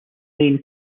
lane